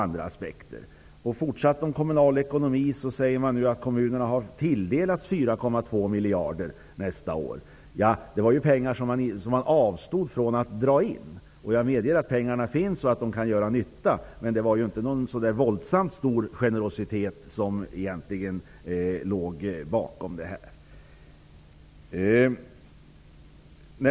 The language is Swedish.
När det gäller den kommunala ekonomin säger man nu att kommunerna har tilldelats 4,2 miljarder för nästa år. Det var emellertid pengar som man avstod från att dra in. Jag medger att pengarna finns och att de kan göra nytta. Men det låg ingen större generositet bakom det här.